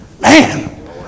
Man